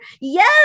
Yes